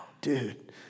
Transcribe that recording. dude